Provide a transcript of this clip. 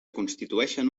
constitueixen